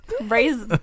Raise